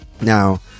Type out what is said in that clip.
Now